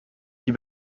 die